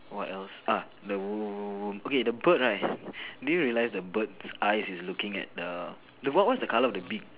what else ah the wo~ wo~ wo~ okay the bird right do you realise the bird eyes is looking at the the what what is the colour of the beak